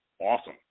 awesome